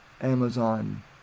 Amazon